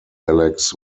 alex